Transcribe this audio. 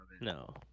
No